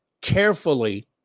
carefully